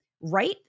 right